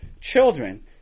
Children